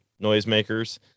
noisemakers